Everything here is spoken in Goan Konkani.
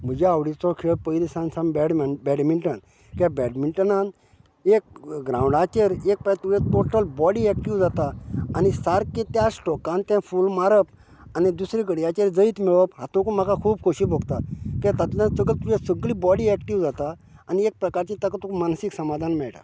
म्हज्या आवडीचो खेळ पयलीसान बॅडमिंटन कित्याक बॅडमिंटनांत ग्रांवडाचेर एक फावट तुगे टोटल बॉडी एक्टीव जाता आनी सारकें त्या स्ट्रोकान तें फूल मारप आनी दुसरे खेळगड्याचेर जैत मेळोवप हातूंत म्हाका खूब खोशी भोगता कित्याक तातूंतल्यान सगळी तुगे सगळी बॉडी एक्टीव जाता आनी एक प्रकाराची तुका एक मानसीक समाधान मेळटा